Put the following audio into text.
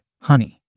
Honey